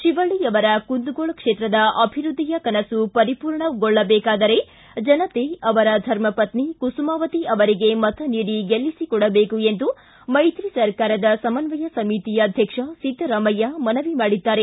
ಶಿವಳ್ಳಿಯವರ ಕುಂದಗೋಳ ಕ್ಷೇತ್ರದ ಅಭಿವೃದ್ಧಿಯ ಕನಸು ಪರಿಪೂರ್ಣಗೊಳ್ಳದೇಕಾದರೆ ಜನತೆ ಅವರ ಧರ್ಮಪತ್ನಿ ಕುಸುಮಾವತಿ ಅವರಿಗೆ ಮತ ನೀಡಿ ಗೆಲ್ಲಿಸಿಕೊಡಬೇಕು ಎಂದು ಮೈತ್ರಿ ಸರ್ಕಾರದ ಸಮನ್ನಯ ಸಮಿತಿ ಅಧ್ಯಕ್ಷ ಸಿದ್ದರಾಮಯ್ಯ ಮನವಿ ಮಾಡಿದ್ದಾರೆ